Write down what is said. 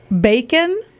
bacon